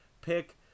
pick